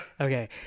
Okay